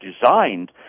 designed